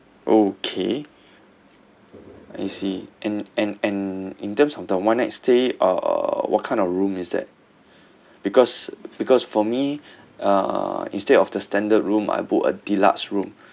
okay I see and and and in terms of the one night stay uh what kind of room is that because because for me uh instead of the standard room I book a deluxe room